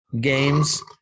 games